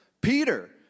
Peter